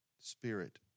Spirit